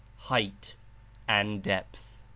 height and depth.